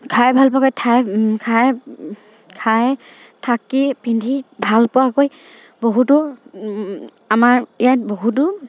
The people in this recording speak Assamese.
খাই ভালপোৱাকে খাই থাকি পিন্ধি ভালপোৱাকৈ বহুতো আমাৰ ইয়াত বহুতো